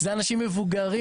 זה אנשים מבוגרים,